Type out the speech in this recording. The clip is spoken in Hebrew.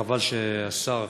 חבל שהשר,